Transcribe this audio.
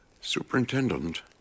Superintendent